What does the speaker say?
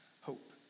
Hope